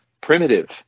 primitive